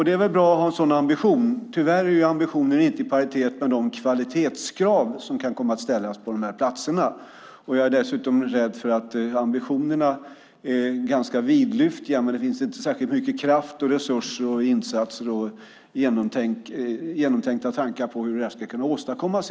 Det är väl bra att ha en sådan ambition, men tyvärr är ambitionen inte i paritet med de kvalitetskrav som kan komma att ställas på de här platserna. Jag är dessutom rädd för att ambitionerna är ganska vidlyftiga, men det finns inte särskilt mycket kraft, resurser eller genomtänkta tankar om hur detta ska kunna åstadkommas.